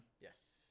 Yes